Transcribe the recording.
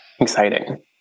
Exciting